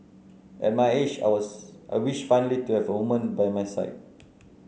at my age I was I wish finally to have a woman by my side